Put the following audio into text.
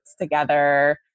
together